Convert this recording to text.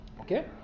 Okay